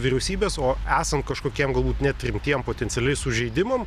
vyriausybės o esant kažkokiem galbūt net rimtiem potencialiai sužeidimam